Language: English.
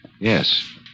Yes